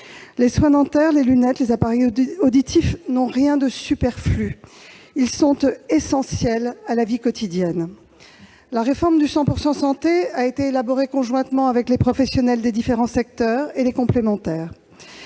Les soins dentaires, les lunettes, les appareils auditifs, n'ont rien de superflu : ils sont essentiels à la vie quotidienne. La réforme « 100 % santé » a été élaborée conjointement avec les professionnels des différents secteurs et les complémentaires.